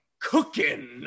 cooking